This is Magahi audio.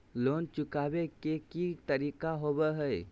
लोन चुकाबे के की तरीका होबो हइ?